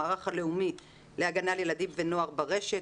המערך הלאומי להגנה על ילדים ונוער ברשת,